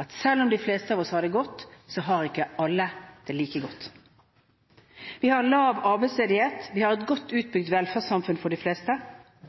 at selv om de fleste av oss har det godt, så har ikke alle det like godt. Vi har lav arbeidsledighet, vi har et godt utbygd velferdssamfunn for de fleste,